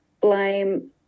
blame